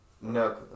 No